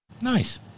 Nice